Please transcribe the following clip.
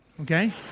Okay